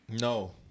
No